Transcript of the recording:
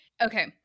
Okay